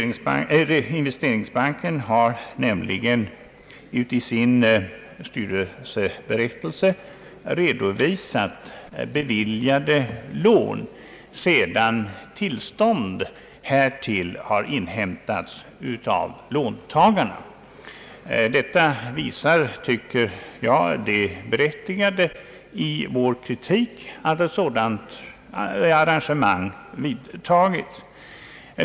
Investeringsbanken har nämligen i sin styrelseberättelse redovisat beviljade lån, sedan tillstånd härtill har inhämtats av låntagarna. Jag tycker att detta visar det berättigade i vår kritik.